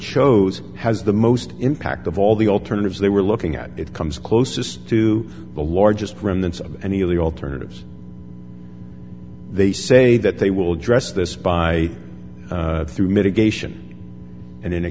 chose has the most impact of all the alternatives they were looking at it comes closest to the largest remnants of any of the alternatives they say that they will address this by through mitigation and in a